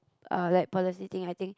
uh like policy thing I think